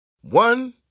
One